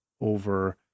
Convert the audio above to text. over